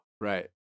Right